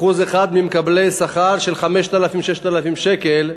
1% ממקבלי שכר של 5,000, 6,000 שקל,